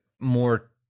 more